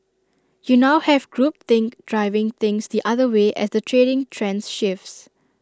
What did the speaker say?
you now have group think driving things the other way as the trading trends shifts